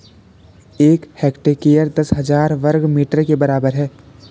एक हेक्टेयर दस हजार वर्ग मीटर के बराबर है